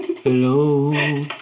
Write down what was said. Hello